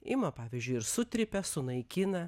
ima pavyzdžiui ir sutrypia sunaikina